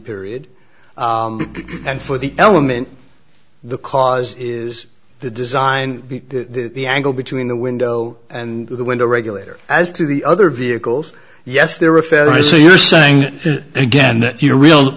period and for the element the cause is the design the angle between the window and the window regulator as to the other vehicles yes there are a fair so you're saying again that your real